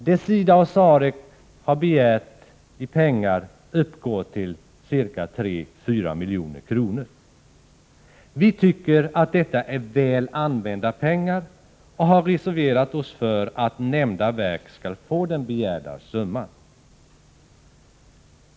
Den sammanlagda summan uppgår till ca 3-4 milj.kr. Vi tycker att detta är väl använda pengar och har reserverat oss för att nämnda verk skall få den begärda summan.